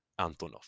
antonov